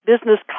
Business